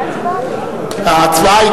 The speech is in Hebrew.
היתה הצבעה?